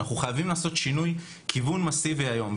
אנחנו חייבים לעשות שינוי כיוון מאסיבי היום.